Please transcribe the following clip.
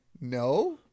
no